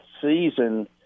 season